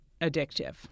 addictive